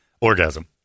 orgasm